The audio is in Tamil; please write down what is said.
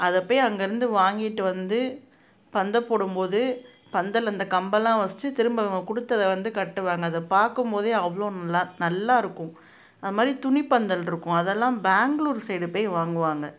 அதை போய் அங்கேருந்து வாங்கிட்டு வந்து பந்தல் போடும்போது பந்தல் அந்த கம்பெலாம் வச்சு திரும்ப இவங்க கொடுத்தத வந்து கட்டுவாங்கள் அதை பார்க்கும்போதே அவ்வளோ நல்லா நல்லா இருக்கும் அதுமாதிரி துணி பந்தலிருக்கும் அதெலாம் பெங்களூர் சைடு போய் வாங்குவாங்கள்